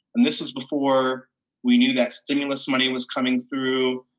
and this was before we knew that stimulus money was coming through.